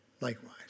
likewise